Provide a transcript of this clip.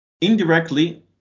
indirectly